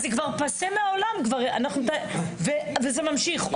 אז זה כבר פס מהעולם, אבל זה ממשיך.